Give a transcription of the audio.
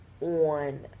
on